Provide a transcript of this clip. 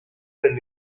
per